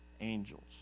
angels